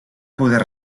poder